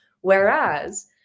Whereas